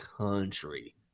country